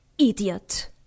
Idiot